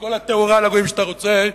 וכל התאורה לגויים שאתה רוצה,